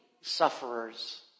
sufferers